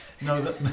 No